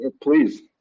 Please